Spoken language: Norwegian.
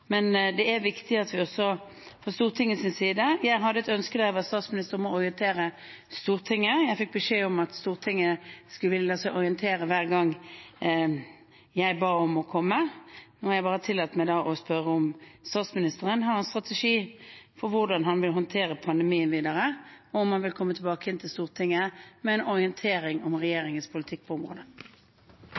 jeg et ønske om å orientere Stortinget. Jeg fikk beskjed om at Stortinget ville la seg orientere hver gang jeg ba om å få komme. Nå har jeg da tillatt meg å spørre om statsministeren har en strategi for hvordan han vil håndtere pandemien videre, og om han vil komme tilbake igjen til Stortinget med en orientering om regjeringens politikk på området.